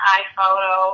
iPhoto